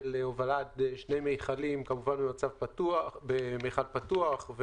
הובלה עד שני מכלים - כמובן במרחב פתוח,